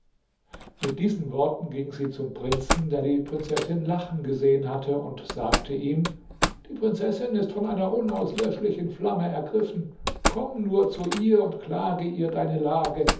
mit diesen worten ging sie zum prinzen der die prinzessin lachen gesehen hatte und sagte ihm die prinzessin ist von einer unauslöschlichen flamme ergriffen komm nur zu ihr und klage ihr deine lage